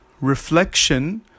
reflection